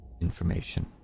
information